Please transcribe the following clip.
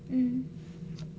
mm